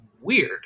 weird